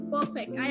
Perfect